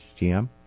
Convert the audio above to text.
GM